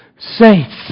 Saints